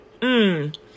Mmm